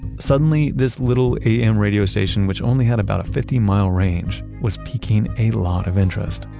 suddenly, this little am radio station, which only had about a fifty mile range, was piquing a lot of interest.